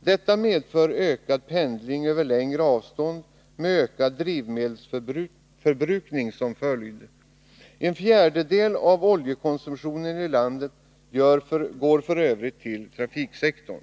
Detta medför ökad pendling över längre avstånd med ökad drivmedelsförbrukning som följd. En fjärdedel av oljekonsumtionen i landet går f. ö. till trafiksektorn.